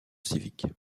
civique